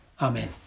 Amen